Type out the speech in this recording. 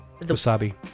wasabi